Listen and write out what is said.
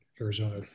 Arizona